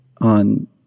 on